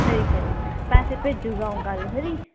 खरी खरी पैसे भेजी ओड़गा अं'ऊ कल खरी